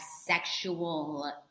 sexual